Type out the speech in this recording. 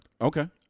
Okay